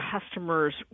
customers